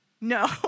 No